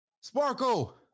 Sparkle